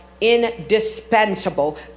indispensable